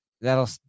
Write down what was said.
That'll